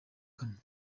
kanwa